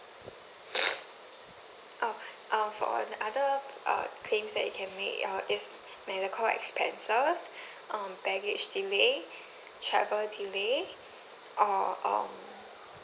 oh uh for all the other uh claims that you can make err is medical expenses um baggage delay travel delay or um